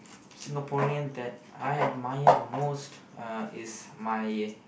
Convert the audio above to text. Singaporean that I admire the most uh is my